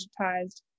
digitized